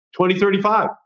2035